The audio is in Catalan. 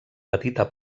petita